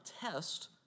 test